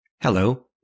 Hello